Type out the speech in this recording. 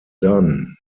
done